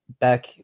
back